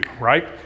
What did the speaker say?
right